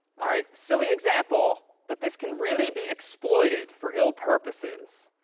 all right, silly example, but this can really be exploited for ill purposes.